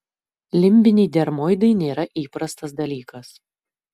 limbiniai dermoidai nėra įprastas dalykas